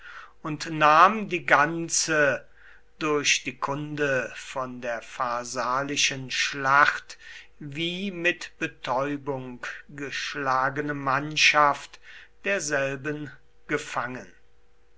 und nahm die ganze durch die kunde von der pharsalischen schlacht wie mit betäubung geschlagene mannschaft derselben gefangen